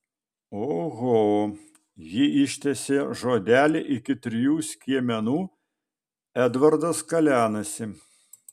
oho ji ištęsė žodelį iki trijų skiemenų edvardas kalenasi